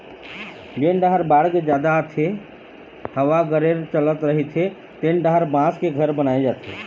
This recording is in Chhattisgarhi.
जेन डाहर बाड़गे जादा आथे, हवा गरेर चलत रहिथे तेन डाहर बांस के घर बनाए जाथे